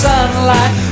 Sunlight